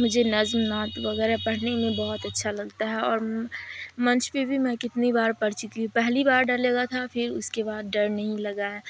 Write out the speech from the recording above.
مجھے نظم نعت وغیرہ پڑھنے میں بہت اچھا لگتا ہے اور منچ پہ بھی میں کتنی بار پڑھ چکی ہوں پہلی بار ڈر لگا تھا پھر اس کے بعد ڈر نہیں لگا ہے